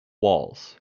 walls